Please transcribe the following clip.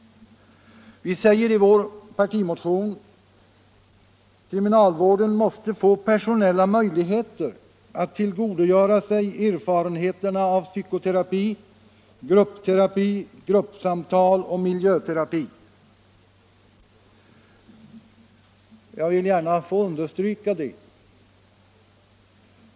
Vi säger i vår partimotion att kriminalvården måste få personella möjligheter att tillgodogöra sig erfarenheterna av psykoterapi, gruppterapi, gruppsamtal och miljöterapi — jag vill gärna understryka det.